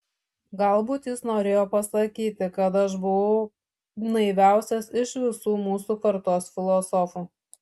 galbūt jis norėjo pasakyti kad aš buvau naiviausias iš visų mūsų kartos filosofų